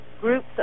groups